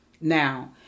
Now